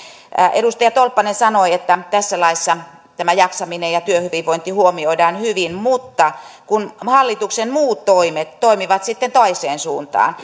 edustaja tolppanen sanoi että tässä laissa jaksaminen ja työhyvinvointi huomioidaan hyvin mutta hallituksen muut toimet toimivat sitten toiseen suuntaan